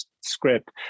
script